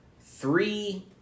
Three